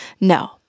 no